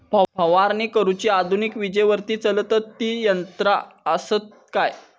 फवारणी करुची आधुनिक विजेवरती चलतत ती यंत्रा आसत काय?